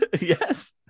Yes